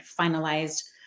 finalized